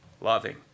Loving